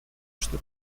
что